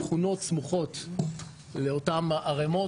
שכונות סמוכות לאותם ערמות.